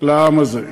לעם הזה.